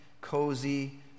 cozy